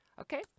okay